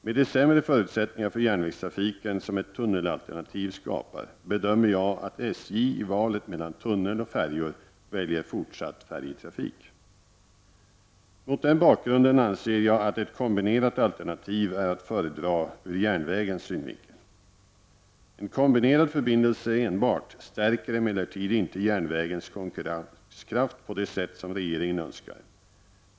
Med de sämre förutsättningar för järnvägstrafiken som ett tunnelalternativ skapar bedömer jag att SJ i valet mellan tunnel och färjor väljer fortsatt färjetrafik. Mot den bakgrunden anser jag att ett kombinerat alternativ är att föredra ur järnvägens synvinkel. En kombinerad förbindelse enbart stärker emellertid inte järnvägens konkurrenskraft på det sätt som regeringen önskar.